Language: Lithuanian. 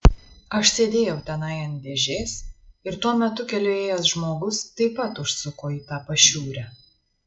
aš sėdėjau tenai ant dėžės ir tuo metu keliu ėjęs žmogus taip pat užsuko į tą pašiūrę